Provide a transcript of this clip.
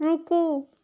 ਰੁਕੋ